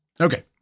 Okay